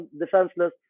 defenseless